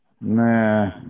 Nah